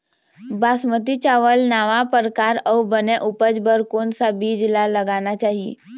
बासमती चावल नावा परकार अऊ बने उपज बर कोन सा बीज ला लगाना चाही?